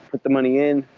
but the money in,